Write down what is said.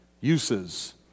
uses